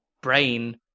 brain